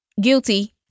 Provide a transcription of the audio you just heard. guilty